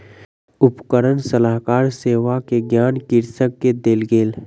उपकरण सलाहकार सेवा के ज्ञान कृषक के देल गेल